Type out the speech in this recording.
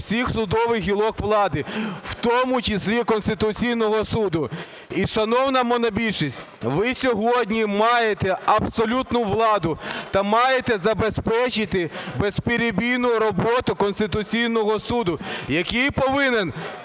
всіх судових гілок влади, в тому числі Конституційного Суду. І, шановна монобільшість, ви сьогодні маєте абсолютну владу та маєте забезпечити безперебійну роботу Конституційного Суду, який повинен